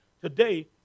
today